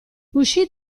uscì